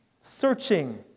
searching